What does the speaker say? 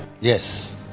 yes